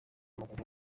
w’amaguru